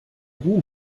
boom